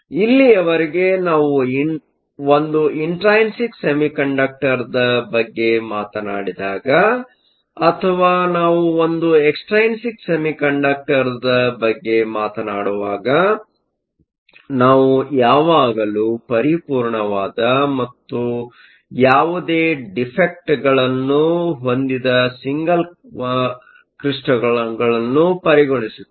ಇಲ್ಲಿಯವರೆಗೆ ನಾವು ಒಂದು ಇಂಟ್ರೈನ್ಸಿಕ್ ಸೆಮಿಕಂಡಕ್ಟರ್Intrinsic semiconductorದ ಬಗ್ಗೆ ಮಾತನಾಡಿದಾಗ ಅಥವಾ ನಾವು ಒಂದು ಎಕ್ಸ್ಟ್ರೈನ್ಸಿಕ್ ಸೆಮಿಕಂಡಕ್ಟರ್Extrinsic semiconductorದ ಬಗ್ಗೆ ಮಾತನಾಡುವಾಗ ನಾವು ಯಾವಾಗಲೂ ಪರಿಪೂರ್ಣವಾದ ಮತ್ತು ಯಾವುದೇ ಡಿಫೆಕ್ಟ್ಗಳನ್ನು ಹೊಂದಿದ ಸಿಂಗಲ್ ಕ್ರಿಸ್ಟಲ್ಗಳನ್ನು ಪರಿಗಣಿಸುತ್ತೇವೆ